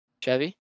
Chevy